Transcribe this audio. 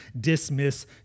dismiss